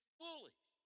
foolish